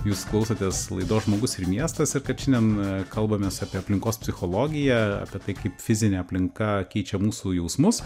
jūs klausotės laidos žmogus ir miestas ir kad šiandien kalbamės apie aplinkos psichologiją apie tai kaip fizinė aplinka keičia mūsų jausmus